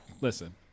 listen